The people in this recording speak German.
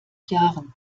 jahren